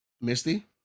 Misty